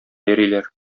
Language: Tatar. йөриләр